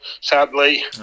sadly